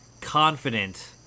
confident